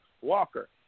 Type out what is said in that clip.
Walker